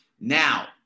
Now